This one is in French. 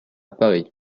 paris